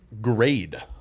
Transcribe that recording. grade